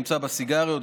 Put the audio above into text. שנמצא בסיגריות,